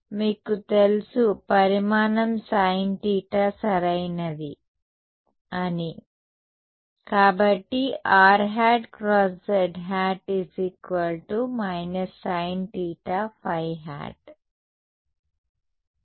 మీకు తెలుసు పరిమాణం sin θ సరైనదని కాబట్టి rˆ × zˆ − sin θϕ ˆ